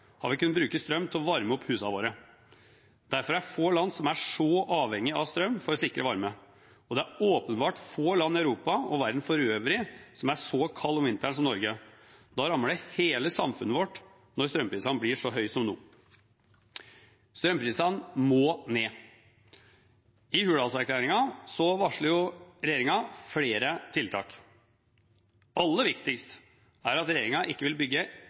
har vi kunnet bruke strøm til å varme opp husene våre. Derfor er det få land som er så avhengige av strøm for å sikre varme, og det er åpenbart få land i Europa og verden for øvrig som er så kalde om vinteren som Norge. Da rammer det hele samfunnet vårt når strømprisene blir så høye som nå. Strømprisene må ned. I Hurdalsplattformen varslet regjeringen flere tiltak. Aller viktigst er det at regjeringen ikke vil bygge